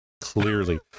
clearly